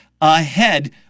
ahead